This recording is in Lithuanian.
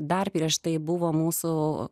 dar prieš tai buvo mūsų